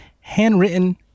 handwritten